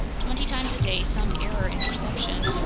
twenty times a day some error in perception,